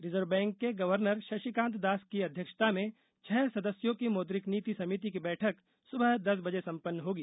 reserve bank के governor Shaktikanta Das की अध्यमक्षता में छह सदस्यों की मौद्रिक नीति समिति की बैठक सुबह दस बजे सम्पन्न होगी